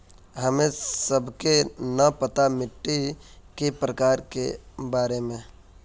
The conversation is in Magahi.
हमें सबके न पता मिट्टी के प्रकार के बारे में?